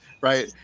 right